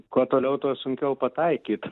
kuo toliau tuo sunkiau pataikyt